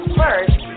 first